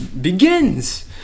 begins